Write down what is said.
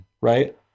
Right